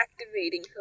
activating